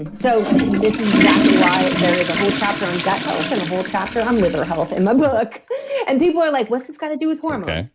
and so this is exactly why there is a whole chapter on gut health and a whole chapter on liver health in my book and people are like, what's this got to do with hormones?